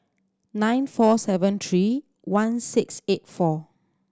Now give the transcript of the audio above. nine four seven three one six eight four